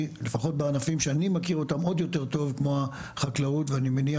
לפחות בענפים שאני מכיר אותם עוד יותר טוב כמו החקלאות ואני מניח